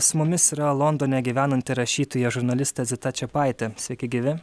su mumis yra londone gyvenanti rašytoja žurnalistė zita čepaitė sveiki gyvi